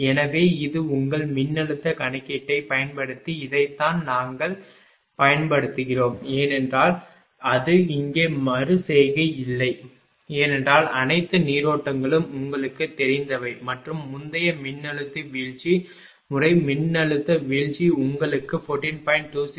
எனவே இது உங்கள் மின்னழுத்தக் கணக்கீட்டைப் பயன்படுத்தி இதைத்தான் நாங்கள் பயன்படுத்துகிறோம் ஏனென்றால் அது இங்கே மறு செய்கை இல்லை ஏனென்றால் அனைத்து நீரோட்டங்களும் உங்களுக்குத் தெரிந்தவை மற்றும் முந்தைய மின்னழுத்த வீழ்ச்சி முறை மின்னழுத்த வீழ்ச்சி உங்களுக்கு 14